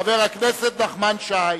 חבר הכנסת נחמן שי.